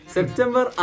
September